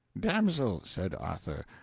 damsel, said arthur,